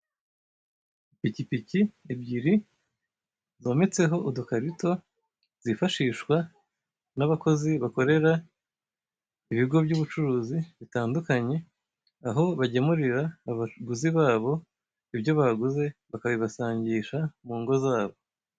Ipikipiki ebyiri zometseho udukarito zifashishwa n'abakozi bakorera ibigo by'ubucuruzi bitandukanye, aho bagemurira abaguzi babo ibyo baguze bakabibasangisha mu ngo zabo.